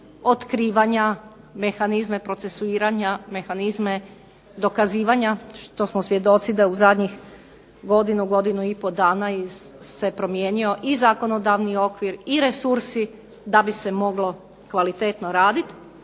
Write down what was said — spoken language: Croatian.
otkrivanja, mehanizme procesuiranja, mehanizme dokazivanja što smo svjedoci da u zadnjih godinu, godinu i pol dana se promijenio i zakonodavni okvir i resursi da bi se moglo kvalitetno raditi